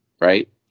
right